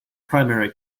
primary